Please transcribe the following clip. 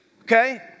okay